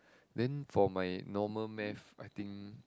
then for my normal math I think